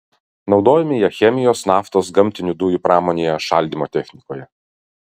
naudojami jie chemijos naftos gamtinių dujų pramonėje šaldymo technikoje